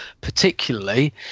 particularly